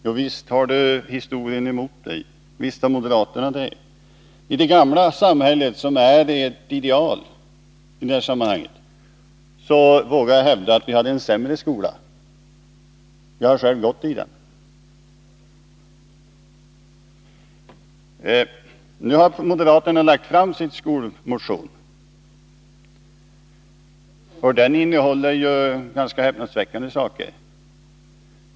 Men visst har han och moderaterna det! Jag vågar hävda att vi i det gamla samhället, som är ert ideal i de här sammanhangen, hade en sämre skola— jag har själv gått i den. Nu har moderaterna lagt fram sin motion på skolområdet, och den innehåller ganska häpnadsväckande saker.